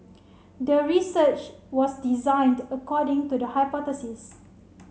the research was designed according to the hypothesis